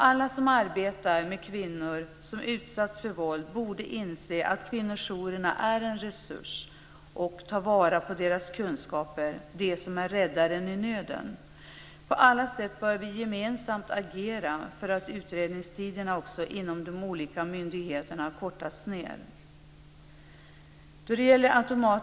Alla som arbetar med kvinnor som utsatts för våld borde inse att kvinnojourerna är en resurs och ta vara på deras kunskaper, som räddaren i nöden. På alla sätt bör vi gemensamt agera för att utredningstiderna inom de olika myndigheterna kortas ned.